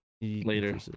later